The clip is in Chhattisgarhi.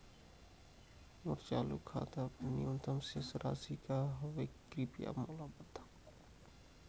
मोर चालू खाता बर न्यूनतम शेष राशि का हवे, कृपया मोला बतावव